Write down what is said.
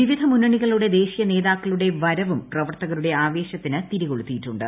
വിവിധ മുന്നണികളുടെ ദേശീയ നേതാക്കളുടെ വരവും പ്രവർത്തകരുടെ ആവേശത്തിന് തിരി കൊളുത്തിയിട്ടുണ്ട്